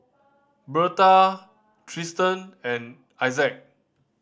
Berta Tristen and Issac